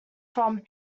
from